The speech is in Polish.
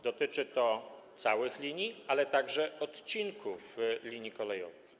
Dotyczy to całych linii, ale także odcinków linii kolejowych.